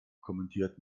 kommentiert